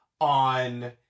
on